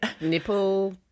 nipple